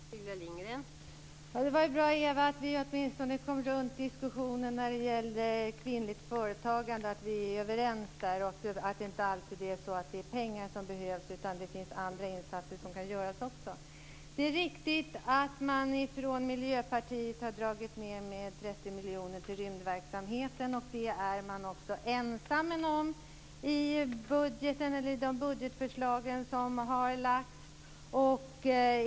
Fru talman! Det var bra att vi åtminstone kom runt diskussionen när det gäller kvinnligt företagande och att vi är överens om att det inte alltid är pengar som behövs utan att det också görs andra insatser. Det är riktigt att Miljöpartiet har dragit ned anslaget till rymdverksamhet med 30 miljoner, och det är man ensam om i de budgetförslag som har lagts fram.